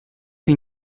que